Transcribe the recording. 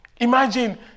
Imagine